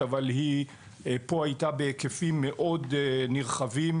אבל היא פה הייתה בהיקפים מאוד נרחבים,